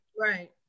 right